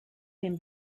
den